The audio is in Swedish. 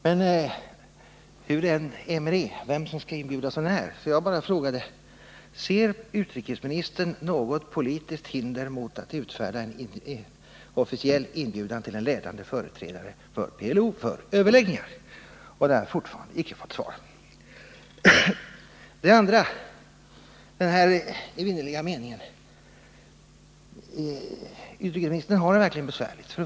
Men — oavsett hur det är med det och vem som skall inbjudas och när — jag bara frågade: Ser utrikesministern något politiskt hinder mot att utfärda en officiell inbjudan till en ledande företrädare för PLO för överläggningar? Den frågan har jag fortfarande icke fått svar på. Den andra frågan gäller den evinnerliga meningen om en bilateral fred mellan Egypten och Israel. Utrikesministern har det verkligen besvärligt.